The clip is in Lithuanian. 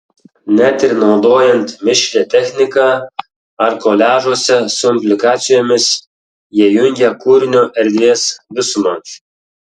net ir naudojant mišrią techniką ar koliažuose su implikacijomis jie jungia kūrinio erdvės visumą